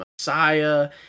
Messiah